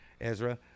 Ezra